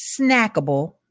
snackable